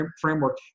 framework